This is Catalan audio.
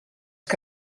que